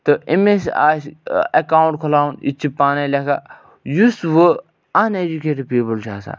تہٕ أمِس آسہِ ایٚکاوُنٛٹ کھُلاوُن یہِ تہِ چھِ پانَے لیٚکھان یُس وۅنۍ اَن ایٚجوٗکیٹِڈ پیٖپُل چھُ آسان